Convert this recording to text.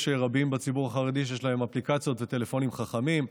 יש רבים בציבור החרדי שיש להם אפליקציות וטלפונים חכמים,